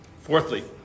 Fourthly